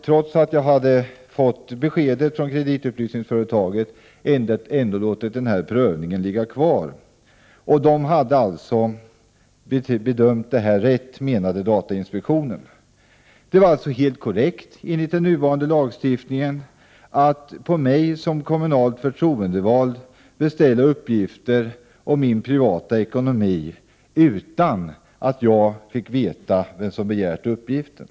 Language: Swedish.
Trots att jag hade fått beskedet från kreditupplysningsföretaget hade jag således ändå låtit denna prövning ligga kvar. Datainspektionen meddelade således att företaget hade bedömt det här riktigt. Det var alltså enligt den nuvarande lagstiftningen helt korrekt att på mig som kommunalt förtroendevald beställa uppgifter om min privata ekonomi, utan att jag skulle få reda på vem som begärt uppgiften.